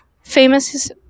famous